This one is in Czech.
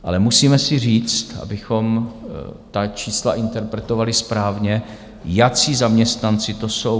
Ale musíme si říct, abychom ta čísla interpretovali správně, jací zaměstnanci to jsou.